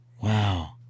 Wow